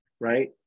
right